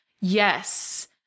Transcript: Yes